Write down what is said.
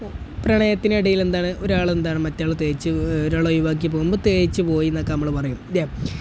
പ്രണയത്തിനിടയില് എന്താണ് ഒരാളെന്താണ് മറ്റേയാളെ തേച്ച് ഒരാളെ ഒഴിവാക്കി പോകുമ്പോള് തേച്ച് പോയിയെന്നൊക്കെ നമ്മള് പറയും ഇല്ലേ